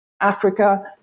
Africa